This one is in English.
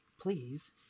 please